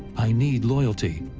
i need loyalty.